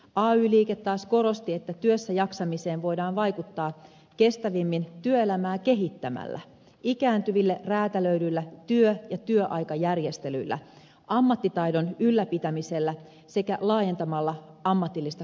ay liike taas korosti että työssäjaksamiseen voidaan vaikuttaa kestävimmin työelämää kehittämällä ikääntyville räätälöidyillä työ ja työaikajärjestelyillä ammattitaidon ylläpitämisellä sekä laajentamalla ammatillista kuntoutusta